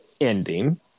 ending